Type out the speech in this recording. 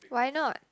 why not